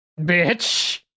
Bitch